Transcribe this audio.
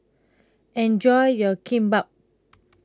Enjoy your Kimbap